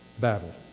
battle